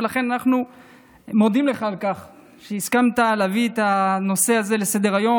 לכן אנחנו מודים לך על כך שהסכמת להביא את הנושא הזה לסדר-היום.